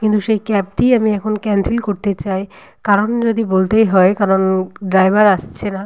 কিন্তু সেই ক্যাবটিই আমি এখন ক্যানসেল করতে চাই কারণ যদি বলতেই হয় কারণ ড্রাইভার আসছে না